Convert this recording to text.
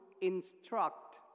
instruct